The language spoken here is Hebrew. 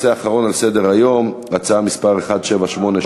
הנושא האחרון על סדר-היום הוא הצעה לסדר-היום מס' 1782